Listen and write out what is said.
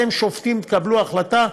אתם שופטים, תקבלו החלטה.